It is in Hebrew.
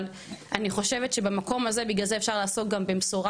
אבל אני חושבת שבמקום הזה בגלל זה אפשר לעסוק גם במסורה,